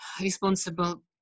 responsible